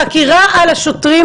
החקירה על השוטרים,